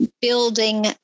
Building